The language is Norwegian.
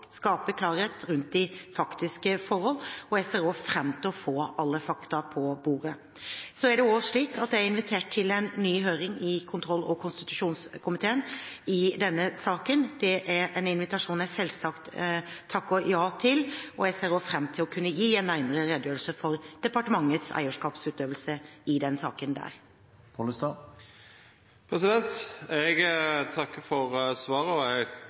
klarhet rundt de faktiske forhold, og jeg ser også fram til å få alle fakta på bordet. Så er det også slik at jeg er invitert til en ny høring i kontroll- og konstitusjonskomiteen i denne saken. Det er en invitasjon jeg selvsagt takker ja til, og jeg ser også fram til der å kunne gi en nærmere redegjørelse for departementets eierskapsutøvelse i denne saken. Jeg takker for svaret. Jeg er jo selvsagt glad for og